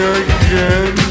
again